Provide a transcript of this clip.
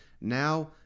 Now